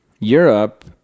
Europe